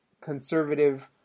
conservative